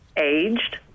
aged